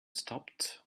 stopped